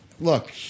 Look